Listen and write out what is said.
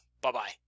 Bye-bye